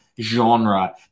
genre